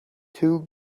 two